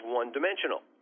one-dimensional